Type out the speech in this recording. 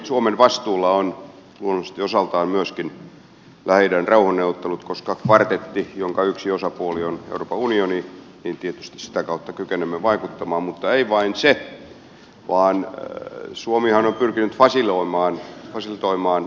suomen vastuulla ovat luonnollisesti osaltaan myöskin lähi idän rauhanneuvottelut koska kvartetin yksi osapuoli on euroopan unioni ja tietysti sitä kautta kykenemme vaikuttamaan mutta ei vain sitä kautta vaan suomihan on pyrkinyt voisi luomaan osin voimaan